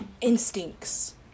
instincts